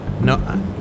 No